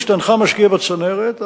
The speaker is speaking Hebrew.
כשאינך משקיע בצנרת,